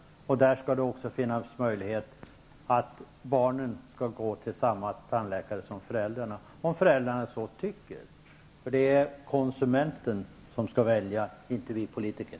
Det skall också finnas möjlighet för barnen att gå hos samma tandläkare som föräldrarna, om föräldrarna så tycker. Det är konsumenten som skall välja, inte vi politiker.